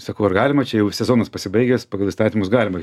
sakau ar galima čia jau sezonas pasibaigęs pagal įstatymus galima